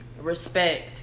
respect